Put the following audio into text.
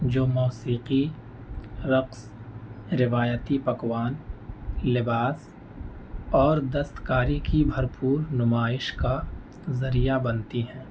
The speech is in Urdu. جو موسیقی رقص روایتی پکوان لباس اور دستکاری کی بھرپور نمائش کا ذریعہ بنتی ہیں